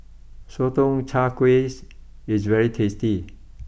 Sotong Char kways is very tasty